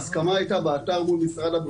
ההסכמה הייתה באתר מול משרד הבריאות.